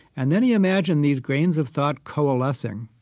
and then he imagined these grains of thought coalescing